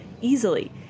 easily